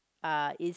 uh is